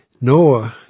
Noah